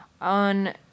on